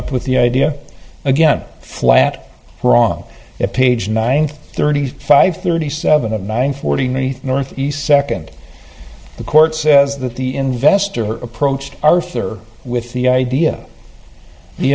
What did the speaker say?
up with the idea again flat wrong at page nine thirty five thirty seven and nine forty three ne second the court says that the investor approached arthur with the idea the